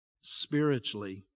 spiritually